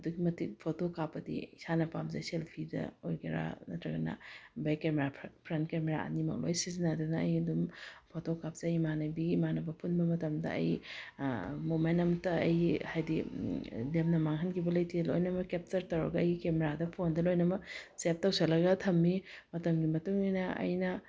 ꯑꯗꯨꯛꯀꯤ ꯃꯇꯤꯛ ꯐꯣꯇꯣ ꯀꯥꯞꯄꯗꯤ ꯏꯁꯥꯅ ꯄꯥꯝꯖꯩ ꯁꯦꯜꯐꯤꯗ ꯑꯣꯏꯒꯦꯔ ꯅꯠꯇ꯭ꯔꯒꯅ ꯕꯦꯛ ꯀꯦꯃꯦꯔꯥ ꯐ꯭ꯔꯟ ꯀꯦꯃꯦꯔꯥ ꯑꯅꯤꯃꯛ ꯂꯣꯏꯅ ꯁꯤꯖꯤꯟꯅꯗꯨꯅ ꯑꯩ ꯑꯗꯨꯝ ꯐꯣꯇꯣ ꯀꯥꯞꯆꯩ ꯏꯃꯥꯟꯅꯕꯤ ꯏꯃꯥꯟꯅꯕ ꯄꯨꯟꯕ ꯃꯇꯝꯗ ꯑꯩ ꯃꯣꯃꯦꯟ ꯑꯃꯠꯇ ꯑꯩ ꯍꯥꯏꯗꯤ ꯂꯦꯝꯅ ꯃꯥꯡꯍꯟꯈꯤꯕ ꯂꯩꯇꯦ ꯂꯣꯏꯅꯃꯛ ꯀꯦꯞꯆꯔ ꯇꯧꯔꯒ ꯑꯩꯒꯤ ꯀꯦꯃꯦꯔꯥꯗ ꯐꯣꯟꯗ ꯂꯣꯏꯅꯃꯛ ꯁꯦꯞ ꯇꯧꯁꯤꯜꯂꯒ ꯊꯝꯃꯤ ꯃꯇꯝꯒꯤ ꯃꯇꯨꯡ ꯏꯟꯅ ꯑꯩꯅ